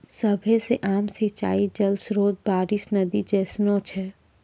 सभ्भे से आम सिंचाई जल स्त्रोत बारिश, नदी जैसनो छै